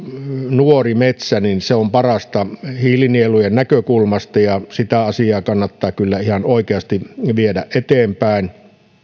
nuori metsä ovat parasta hiilinielujen näkökulmasta ja sitä asiaa kannattaa kyllä ihan oikeasti viedä eteenpäin